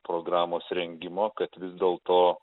programos rengimo kad vis dėlto